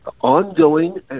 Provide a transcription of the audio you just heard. ongoing